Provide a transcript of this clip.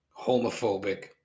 homophobic